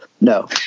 No